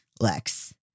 Lex